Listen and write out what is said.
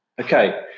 Okay